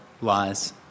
lies